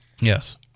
Yes